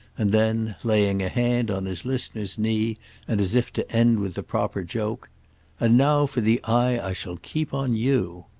and then, laying a hand on his listener's knee and as if to end with the proper joke and now for the eye i shall keep on you!